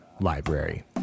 library